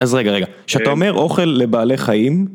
אז רגע רגע, כשאתה אומר אוכל לבעלי חיים...